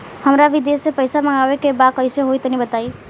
हमरा विदेश से पईसा मंगावे के बा कइसे होई तनि बताई?